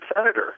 senator